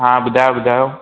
हा ॿुधायो ॿुधायो